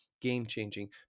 game-changing